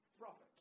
profit